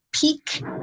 Peak